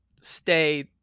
stay